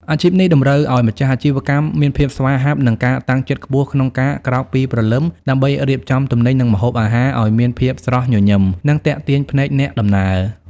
អាជីពនេះតម្រូវឱ្យម្ចាស់អាជីវកម្មមានភាពស្វាហាប់ និងការតាំងចិត្តខ្ពស់ក្នុងការក្រោកពីព្រលឹមដើម្បីរៀបចំទំនិញ និងម្ហូបអាហារឱ្យមានភាពស្រស់ញញឹម និងទាក់ទាញភ្នែកអ្នកដំណើរ។